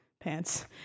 pants